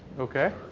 ok.